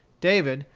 david,